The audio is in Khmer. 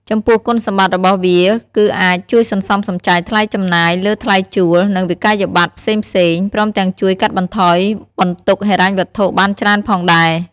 ចំពោះគុណសម្បត្តិរបស់វាគឺអាចជួយសន្សំសំចៃថ្លៃចំណាយលើថ្លៃជួល និងវិក្កយបត្រផ្សេងៗ ព្រមទាំងជួយកាត់បន្ថយបន្ទុកហិរញ្ញវត្ថុបានច្រើនផងដែរ ។